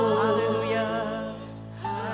hallelujah